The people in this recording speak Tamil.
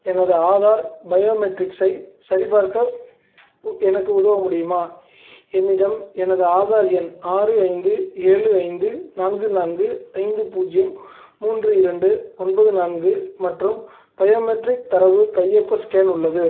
எனது ஆதார் பயோமெட்ரிக்ஸை சரிபார்க்க உ எனக்கு உதவ முடியுமா என்னிடம் எனது ஆதார் எண் ஆறு ஐந்து ஏழு ஐந்து நான்கு நான்கு ஐந்து பூஜ்ஜியம் மூன்று இரண்டு ஒன்பது நான்கு மற்றும் பயோமெட்ரிக் தரவு கையொப்ப ஸ்கேன் உள்ளது